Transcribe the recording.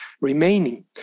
remaining